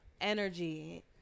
energy